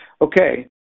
Okay